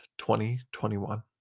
2021